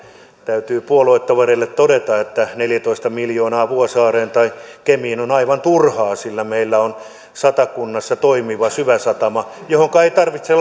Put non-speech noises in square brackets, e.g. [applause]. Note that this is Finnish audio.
täytyy todeta että neljätoista miljoonaa vuosaareen tai kemiin on aivan turhaa sillä meillä on satakunnassa toimiva syväsatama johonka ei tarvitse [unintelligible]